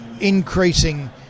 increasing